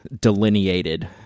delineated